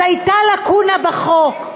אז הייתה לקונה בחוק,